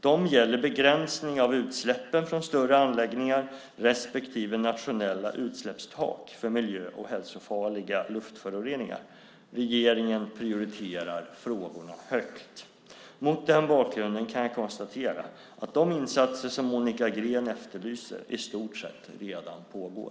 De gäller begränsning av utsläppen från större anläggningar respektive nationella utsläppstak för miljö och hälsofarliga luftföroreningar. Regeringen prioriterar frågorna högt. Mot den bakgrunden kan jag konstatera att de insatser som Monica Green efterlyser i stort sett redan pågår.